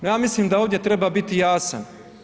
Ja mislim da ovdje treba biti jasan.